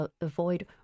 avoid